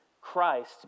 Christ